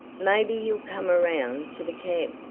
maybe he'll come around to the camp,